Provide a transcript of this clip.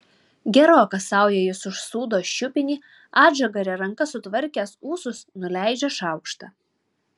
geroka sauja jis užsūdo šiupinį atžagaria ranka sutvarkęs ūsus nuleidžia šaukštą